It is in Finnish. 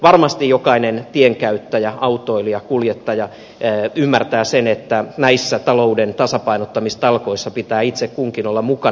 varmasti jokainen tienkäyttäjä autoilija kuljettaja ymmärtää sen että näissä talouden tasapainottamistalkoissa pitää itse kunkin olla mukana